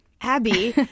Abby